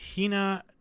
Hina